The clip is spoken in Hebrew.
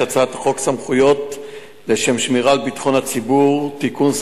הצעת חוק סמכויות לשם שמירה על ביטחון הציבור (תיקון,